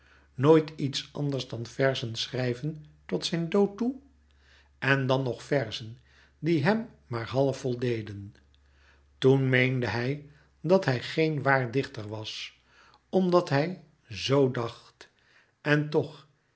nooit iets anders dan verzen schrijven tot zijn dood toe en dan nog verzen die hem maar half voldeden toen meende hij dat hij geen waar dichter was omdat hij z dacht en toch